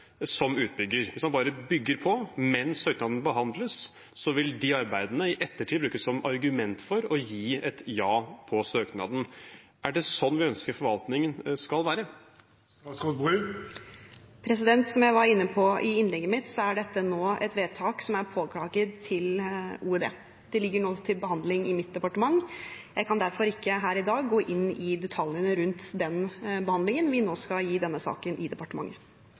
som utbygger. Hvis man bare bygger på mens søknaden behandles, vil de arbeidene i ettertid brukes som argument for å gi et ja på søknaden. Er det sånn vi ønsker at forvaltningen skal være? Som jeg var inne på i innlegget mitt, er dette nå et vedtak som er påklaget til OED. Det ligger nå til behandling i mitt departement. Jeg kan derfor ikke her i dag gå inn i detaljene rundt den behandlingen vi nå skal gi denne saken i departementet.